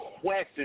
question